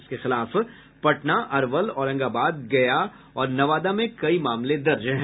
इसके खिलाफ पटना अरवल औरंगाबाद गया और नवादा में कई मामले दर्ज है